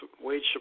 wage